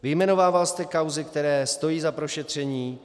Vyjmenovával jste kauzy, které stojí za prošetření.